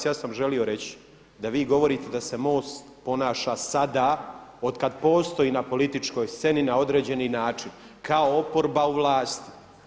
Kolega Maras ja sam želio reći da vi govorite da se MOST ponaša sada od kada postoji na političkoj sceni na određeni način kao oporba u vlasti.